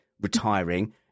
retiring